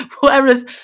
whereas